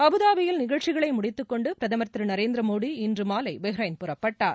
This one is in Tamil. அபுதாபியில் நிகழ்ச்சிகளை முடித்துக் கொண்டு பிரதமர் திரு நரேந்திர மோடி இன்றுமாலை பஹ்ரைன் புறப்பட்டார்